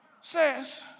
says